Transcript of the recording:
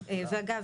אגב,